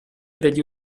degli